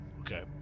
Okay